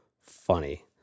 funny